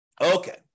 okay